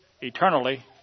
eternally